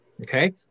Okay